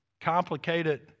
complicated